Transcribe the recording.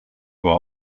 who